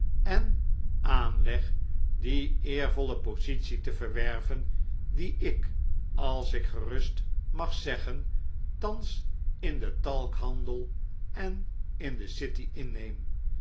en aanleg die eervolle positie te verwerven die ik als ik gerust mag zeggen thans in den talkhandel en in de city inneem